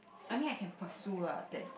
I mean I can pursue lah that